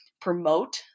promote